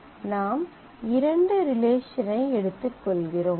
நாம் இரண்டு ரிலேஷன் ஐ எடுத்துக்கொள்கிறோம்